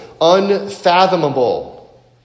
unfathomable